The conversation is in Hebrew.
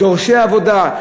דורשי עבודה,